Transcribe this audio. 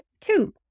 Two